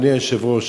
אדוני היושב-ראש,